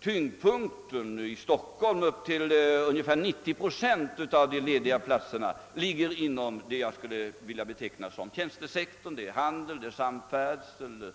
Tyngdpunkten i Stockholm — upp till ungefär 90 procent av antalet lediga platser — ligger inom det jag skulle vilja beteckna som tjänstesektorn: handel, samfärdsel,